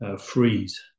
freeze